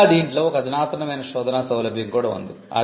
ఇంకా దీంట్లో ఒక అధునాతనమైన శోధనా సౌలభ్యం కూడా ఉంది